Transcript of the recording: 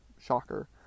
shocker